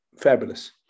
fabulous